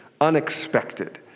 unexpected